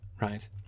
Right